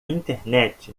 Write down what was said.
internet